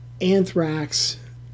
anthrax